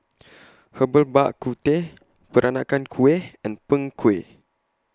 Herbal Bak Ku Teh Peranakan Kueh and Png Kueh